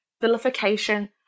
vilification